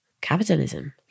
capitalism